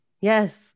yes